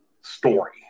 story